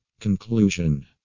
Conclusion